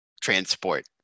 transport